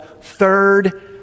third